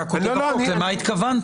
למה התכוונת?